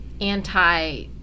anti